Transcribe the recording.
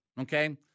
okay